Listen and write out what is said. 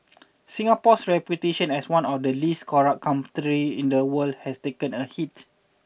Singapore's reputation as one of the least corrupt countries in the world has taken a hit